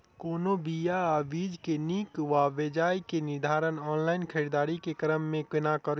कोनों बीया वा बीज केँ नीक वा बेजाय केँ निर्धारण ऑनलाइन खरीददारी केँ क्रम मे कोना कड़ी?